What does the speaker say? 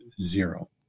Zero